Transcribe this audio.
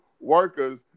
workers